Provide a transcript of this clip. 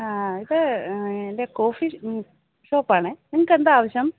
ആ ഇത് എൻ്റെ കോഫി ഷോപ്പാണേ നിങ്ങള്ക്കെന്താണ് ആവശ്യം